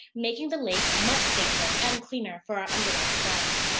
making the lake much safer and cleaner for our underwater friends.